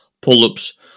pull-ups